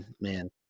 Man